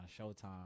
Showtime